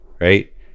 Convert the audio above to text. right